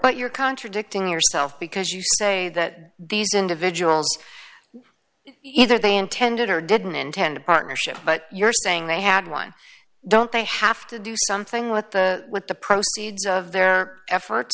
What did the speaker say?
but you're contradicting yourself because you say that these individuals either they intended or didn't intend a partnership but you're saying they had one don't they have to do something with the with the proceeds of their effort